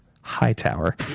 Hightower